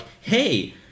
hey